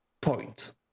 Point